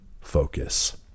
focus